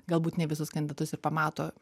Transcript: galbūt ne visus kandidatus ir pamato